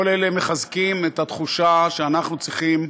כל אלה מחזקים את התחושה שאנחנו צריכים,